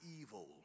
evil